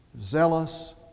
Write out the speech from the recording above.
zealous